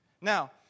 Now